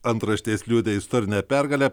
antraštės liudija istorinę pergalę